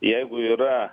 jeigu yra